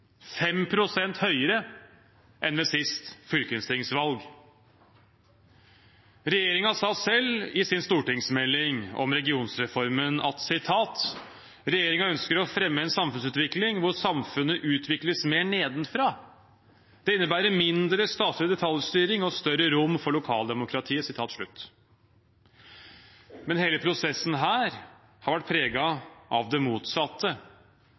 høyere enn ved sist fylkestingsvalg. Regjeringen sa selv i sin stortingsmelding om regionreformen: «Regjeringen ønsker å fremme en samfunnsutvikling hvor samfunnet utvikles mer nedenfra. Det innebærer mindre statlig detaljstyring og større rom for lokaldemokratiet.» Men hele prosessen her har vært preget av det motsatte.